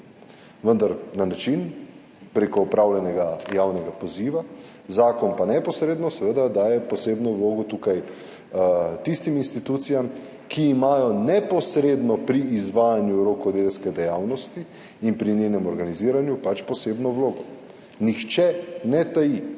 vendar na način preko opravljenega javnega poziva. Zakon pa neposredno seveda daje posebno vlogo tistim institucijam, ki imajo neposredno pri izvajanju rokodelske dejavnosti in pri njenem organiziranju pač posebno vlogo. Nihče ne taji,